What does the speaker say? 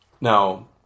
Now